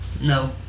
No